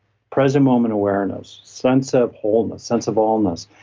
present moment awareness, sense of wholeness, sense of allness,